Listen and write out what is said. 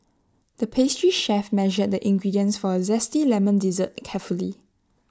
the pastry chef measured the ingredients for A Zesty Lemon Dessert carefully